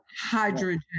hydrogen